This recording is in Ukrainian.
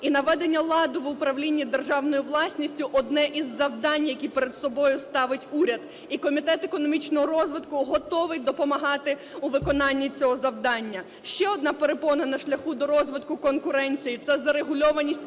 І наведення ладу в управлінні державною власністю – одне із завдань, які перед собою ставить уряд. І Комітет економічного розвитку готовий допомагати у виконанні цього завдання. Ще одна перепона на шляху до розвитку конкуренції – це зарегульованість